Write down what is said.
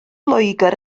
loegr